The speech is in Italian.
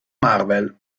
marvel